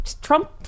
Trump